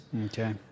Okay